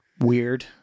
weird